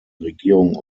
regierung